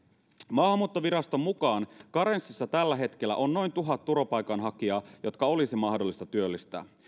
maahanmuuttoviraston mukaan karenssissa tällä hetkellä on noin tuhat turvapaikanhakijaa jotka olisi mahdollista työllistää